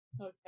okay